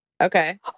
okay